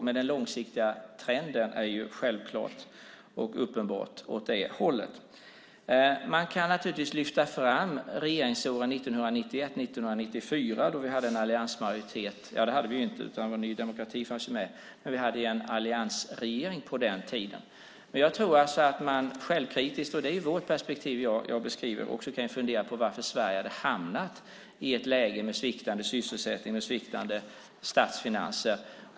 Men den långsiktiga trenden är självklart och uppenbart åt det hållet. Man kan naturligtvis lyfta fram regeringsåren 1991-1994, då vi hade en alliansmajoritet - eller det hade vi inte, eftersom Ny demokrati fanns med. Vi hade i alla fall en alliansregering på den tiden. Jag beskriver det här i vårt perspektiv. Man kan självkritiskt fundera på varför Sverige hade hamnat i ett läge med sviktande sysselsättning och sviktande statsfinanser.